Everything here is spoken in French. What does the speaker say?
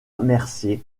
mercier